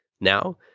now